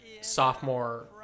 sophomore